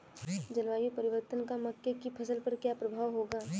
जलवायु परिवर्तन का मक्के की फसल पर क्या प्रभाव होगा?